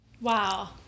Wow